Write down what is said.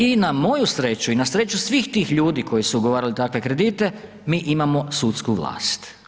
I na moju sreću i na sreću svih tih ljudi koji su ugovarali takve kredite, mi imamo sudski vlast.